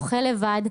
אוכל לבד.